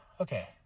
okay